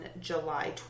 July